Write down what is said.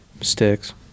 sticks